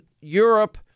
Europe